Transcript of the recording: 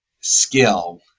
skill